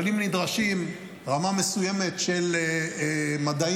אבל אם נדרשת רמה מסוימת של מדעים,